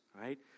right